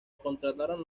contrataron